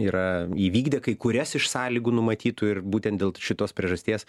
yra įvykdė kai kurias iš sąlygų numatytų ir būtent dėl šitos priežasties